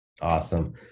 awesome